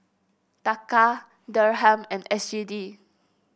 Taka Dirham and S G D